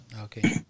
Okay